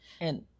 And-